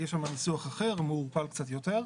יש שם ניסוח אחר, מעורפל קצת יותר.